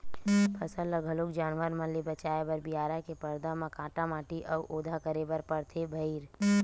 फसल ल घलोक जानवर मन ले बचाए बर बियारा के परदा म काटा माटी अउ ओधा करे बर परथे भइर